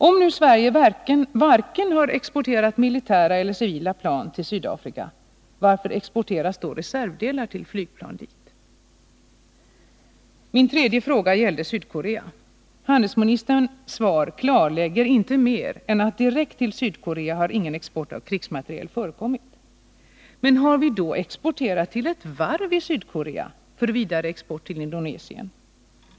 Om nu Sverige inte har exporterat vare sig militära eller civila plan till Sydafrika, varför exporteras då reservdelar till flygplan dit? Min tredje fråga gällde Sydkorea. Handelsministerns svar klarlägger inte mer än att direkt till Sydkorea har ingen export av krigsmateriel förekommit. Men har vi då exporterat till ett varv i Sydkorea för vidare export till Indonesien?